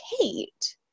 Kate